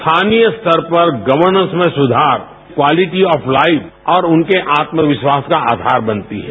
स्थानीय स्तर पर गवर्नेस में सुधार क्वालिटी ऑफ लाइफ और उनके आत्मविश्वास का आधार बनती है